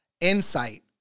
insight